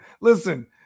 listen